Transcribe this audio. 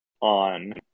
on